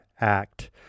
Act